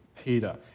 Peter